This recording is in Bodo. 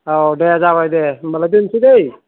औ दे जाबाय दे होनबा लाय दोनसै दै